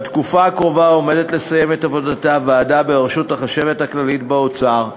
בתקופה הקרובה עומדת לסיים את עבודתה ועדה בראשות החשבת הכללית באוצר,